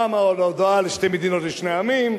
פעם על ההודעה על שתי מדינות לשני עמים,